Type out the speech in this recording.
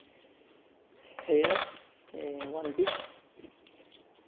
সেয়ে এ ওৱান পিছ